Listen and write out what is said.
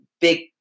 big